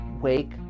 Wake